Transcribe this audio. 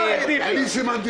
ידברו